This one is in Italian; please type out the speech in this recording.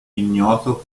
ignoto